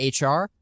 HR